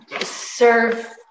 serve